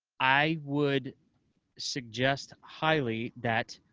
i would suggest highly that,